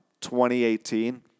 2018